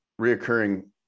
reoccurring